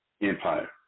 Empire